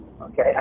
Okay